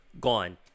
gone